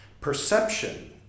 Perception